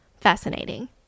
Fascinating